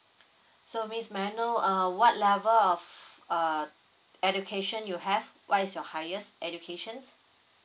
so miss may I know uh what level of uh education you have what is your highest education